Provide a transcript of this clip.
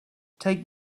take